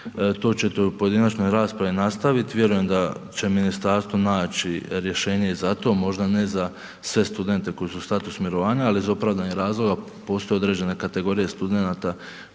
to ću u pojedinačnoj raspravi nastaviti. Vjerujem da će ministarstvo naći rješenje i za to, možda ne za sve studente koji su u statusu mirovanja, ali iz opravdanih razloga postoje određene kategorije studenta